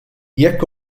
jekk